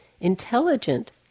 intelligent